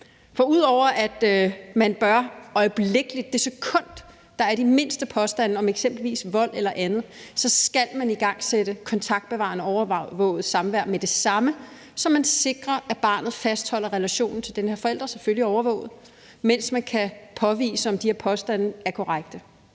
For ud over at man øjeblikkeligt, i det sekund der er de mindste påstande om eksempelvis vold eller andet, skal igangsætte kontaktbevarende overvåget samvær, så man sikrer, at barnet fastholder relationen til den her forælder – selvfølgelig overvåget – mens man kan efterprøve, om de her påstande er korrekte,